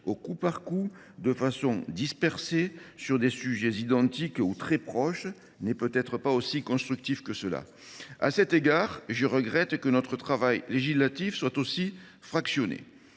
au coup par coup, de façon dispersée, sur des sujets identiques ou très proches n’est pas forcément constructif. À cet égard, je regrette que notre travail législatif soit aussi fractionné.